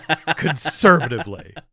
Conservatively